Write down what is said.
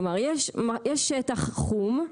כלומר: יש שטח חום,